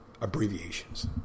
abbreviations